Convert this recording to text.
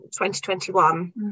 2021